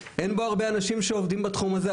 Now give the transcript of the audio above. אין בו הרבה אנשים שעובדים בתחום הזה,